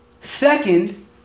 Second